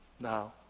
Now